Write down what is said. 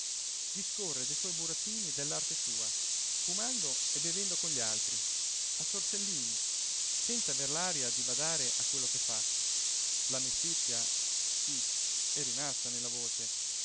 discorre dei suoi burattini e dell'arte sua fumando e bevendo con gli altri a sorsellini senza aver l'aria di badare a quello che fa la mestizia sì è rimasta nella voce